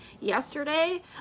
Yesterday